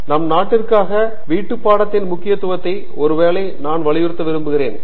பாணிகுமார் நம் நாட்டிற்காக வீட்டுப்பாடத்தின் முக்கியத்துவத்தையும் ஒருவேளை நான் வலியுறுத்த விரும்புகிறேன்